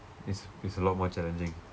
it's it's a lot more challenging